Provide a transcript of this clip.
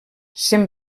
sent